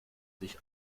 sich